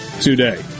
today